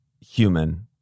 human